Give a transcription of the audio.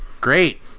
Great